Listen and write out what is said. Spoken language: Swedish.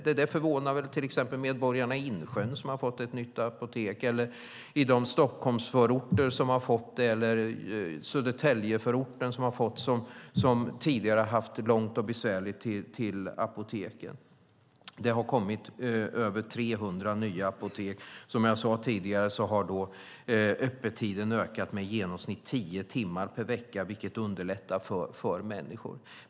Det måste förvåna invånarna i Insjön som har fått ett nytt apotek eller de boende i förorter till Stockholm och Södertälje som har fått apotek efter att tidigare ha haft långt och besvärligt att ta sig till apotek. Det har kommit över 300 nya apotek, och som jag sade tidigare har öppettiden ökat med i genomsnitt tio timmar per vecka, vilket underlättar för människor.